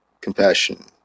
compassion